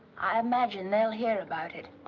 i imagine they'll hear about it.